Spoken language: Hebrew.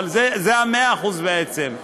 זה ה-100% בעצם,